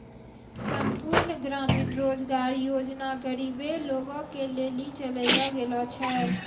संपूर्ण ग्रामीण रोजगार योजना गरीबे लोगो के लेली चलैलो गेलो छै